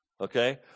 okay